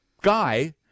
guy